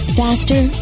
faster